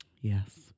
Yes